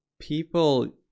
people